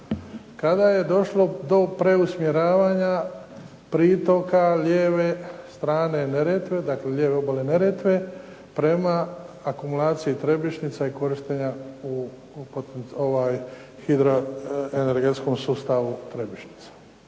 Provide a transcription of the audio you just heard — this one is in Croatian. kada je došlo do preusmjeravanja pritoka lijeve strane Neretve, dakle lijeve obale Neretve prema akumulaciji "Trebišnjica" i korištenja hidroenergetskog sustava "Trebišnjica".